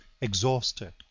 exhausted